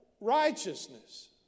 righteousness